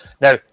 Now